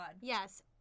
Yes